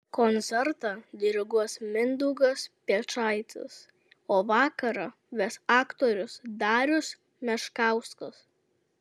koncertą diriguos mindaugas piečaitis o vakarą ves aktorius darius meškauskas